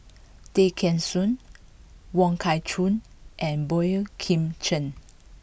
Tay Kheng Soon Wong Kah Chun and Boey Kim Cheng